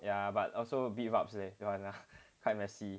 ya but also a bit rabs leh don't want lah quite messy